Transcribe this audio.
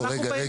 לא, לא.